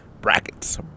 brackets